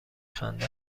خندد